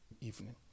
evening